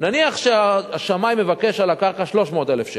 נניח שהשמאי מבקש על הקרקע 300,000 שקל,